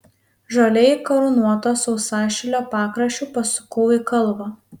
žaliai karūnuoto sausašilio pakraščiu pasukau į kalvą